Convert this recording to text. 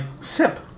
sip